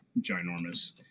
ginormous